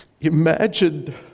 imagine